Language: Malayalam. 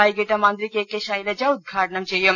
വൈകിട്ട് മന്ത്രി കെ കെ ശൈലജ ഉദ്ഘാടനം ചെയ്യും